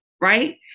right